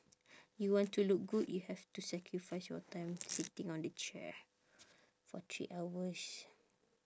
you want to look good you have to sacrifice your time sitting on the chair for three hours